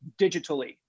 digitally